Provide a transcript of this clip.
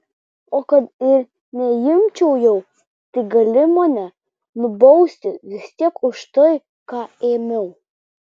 o kad ir neimčiau jau tai gali mane nubausti vis tiek už tai ką ėmiau